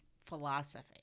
philosophy